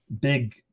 big